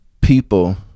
people